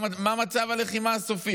מה מצב הלחימה הסופי,